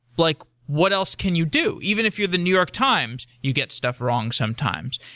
like what else can you do? even if you're the new york times, you get stuff wrong sometimes.